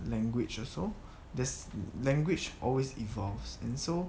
language also so there's language always evolves and so